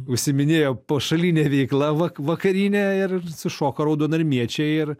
užsiiminėjo pašaline veikla va vakarine ir sušoko raudonarmiečiai ir